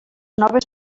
noves